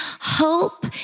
hope